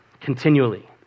continually